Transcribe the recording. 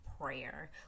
prayer